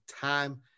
time